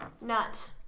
NUT